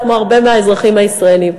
כמו הרבה מהאזרחים הישראלים.